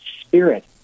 spirit